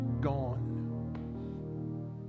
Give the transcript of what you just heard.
gone